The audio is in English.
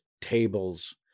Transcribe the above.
tables